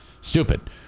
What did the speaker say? Stupid